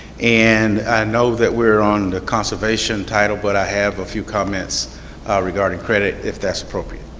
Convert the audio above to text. and i know that we are on the conservation title but i have a few comments regarding credit if that's appropriate.